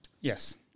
Yes